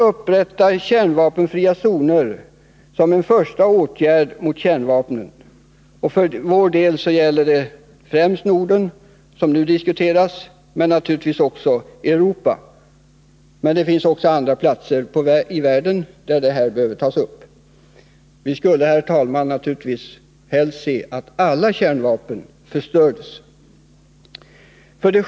Upprätta kärnvapenfria zoner som en första åtgärd mot kärnvapen. För vår del gäller det främst Norden, som nu diskuteras, men naturligtvis också Europa i övrigt. Det finns också andra platser på jorden där den frågan behöver tas upp. Vi skulle, herr talman, naturligtvis helst se att alla kärnvapen förstördes. 6.